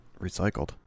recycled